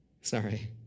Sorry